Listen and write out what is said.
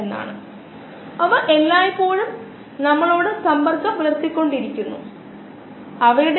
കൃത്രിമ ചർമ്മം ഞാൻ കരുതുന്നത് ആദ്യത്തെ ജനപ്രിയ അവയവമാണ് തുടർന്നു വിക്ടിമ്മ്സ് കത്തികപെടുന്നു പിന്നെ സുഖപ്പെടുന്നു